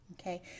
okay